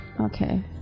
Okay